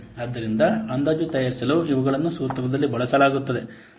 ಆದ್ದರಿಂದ ಅಂದಾಜು ತಯಾರಿಸಲು ಇವುಗಳನ್ನು ಸೂತ್ರದಲ್ಲಿ ಬಳಸಲಾಗುತ್ತದೆ